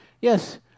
Yes